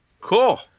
Cool